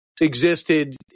existed